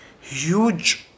huge